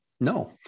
no